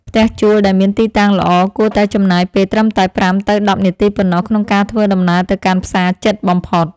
ផ្ទះជួលដែលមានទីតាំងល្អគួរតែចំណាយពេលត្រឹមតែប្រាំទៅដប់នាទីប៉ុណ្ណោះក្នុងការធ្វើដំណើរទៅកាន់ផ្សារជិតបំផុត។